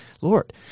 Lord